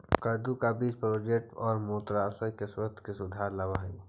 कद्दू का बीज प्रोस्टेट और मूत्राशय के स्वास्थ्य में सुधार लाव हई